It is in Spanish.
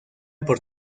por